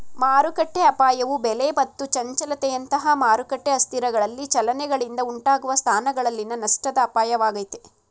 ಮಾರುಕಟ್ಟೆಅಪಾಯವು ಬೆಲೆ ಮತ್ತು ಚಂಚಲತೆಯಂತಹ ಮಾರುಕಟ್ಟೆ ಅಸ್ಥಿರಗಳಲ್ಲಿ ಚಲನೆಗಳಿಂದ ಉಂಟಾಗುವ ಸ್ಥಾನಗಳಲ್ಲಿನ ನಷ್ಟದ ಅಪಾಯವಾಗೈತೆ